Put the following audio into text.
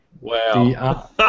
Wow